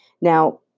Now